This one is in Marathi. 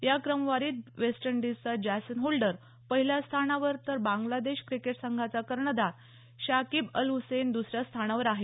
या क्रमवारीत वेस्ट इंडिजचा जॅसन होल्डर पहिल्या स्थानावर तर बांगलादेश क्रिकेट संघाचा कर्णधार शाकिब अल ह्सैन द्सऱ्या स्थानावर आहे